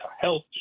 health